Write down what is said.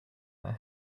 their